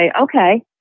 okay